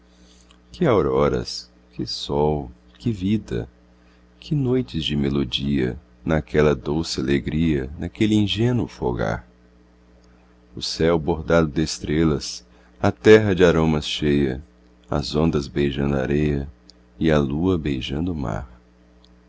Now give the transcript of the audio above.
que auroras que sol que vida que noites de melodia naquela doce alegria naquele ingênuo folgar o céu bordado destrelas a terra de aromas cheia as ondas beijando a areia e a lua beijando o mar